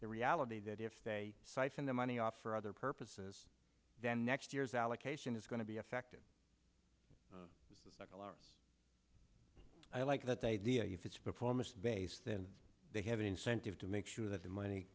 the reality that if they siphon the money off for other purposes then next year's allocation is going to be affected i like that idea if it's before most base then they have an incentive to make sure that the money